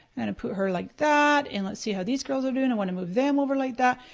and put her like that and let's see how these girls are doing. i want to move them over like that.